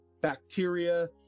bacteria